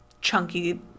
chunky